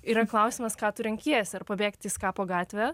yra klausimas ką tu renkiesi ar pabėgti į skapo gatvę